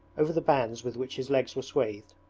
over the bands with which his legs were swathed,